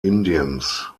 indiens